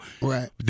Right